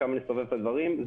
כמה נסובב את הדברים,